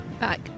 back